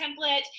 template